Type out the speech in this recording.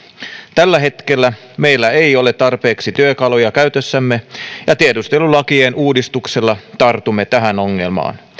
tällä hetkellä meillä ei ole tarpeeksi työkaluja käytössämme ja tiedustelulakien uudistuksella tartumme tähän ongelmaa